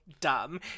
dumb